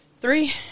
three